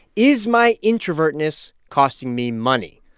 is my introvertedness costing me money,